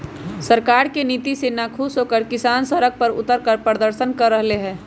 सरकार के नीति से नाखुश होकर किसान सड़क पर उतरकर प्रदर्शन कर रहले है